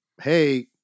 hey